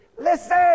Listen